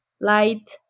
light